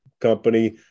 company